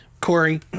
Corey